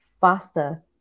faster